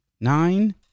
Nine